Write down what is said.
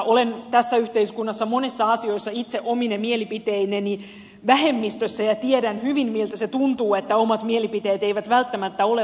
olen tässä yhteiskunnassa monissa asioissa itse omine mielipiteineni vähemmistössä ja tiedän hyvin miltä se tuntuu että omat mielipiteet eivät välttämättä ole valtavirtaa